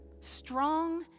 Strong